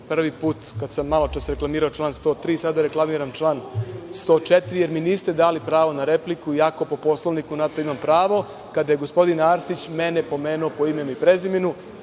prvi put kad sam maločas reklamirao član 103, a sada reklamiram član 104, jer mi niste dali pravo na repliku, iako po Poslovniku na to imam pravo. Kada je gospodin Arsić mene pomenuo po imenu i prezimenu,